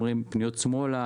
פניות שמאלה,